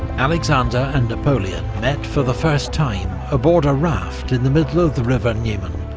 alexander and napoleon met for the first time aboard a raft in the middle of the river niemen,